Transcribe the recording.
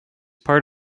part